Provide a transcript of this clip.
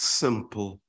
simple